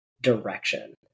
direction